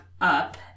up